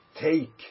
take